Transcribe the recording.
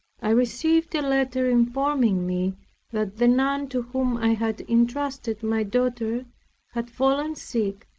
i received a letter informing me that the nun to whom i had entrusted my daughter had fallen sick,